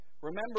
Remember